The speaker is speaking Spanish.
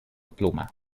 pluma